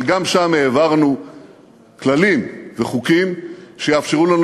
אבל גם שם העברנו כללים וחוקים שיאפשרו לנו